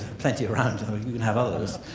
plenty around, you can have others.